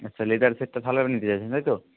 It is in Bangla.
আচ্ছা লেদার সেটটা তাহলে নিতে চাইছেন তাই তো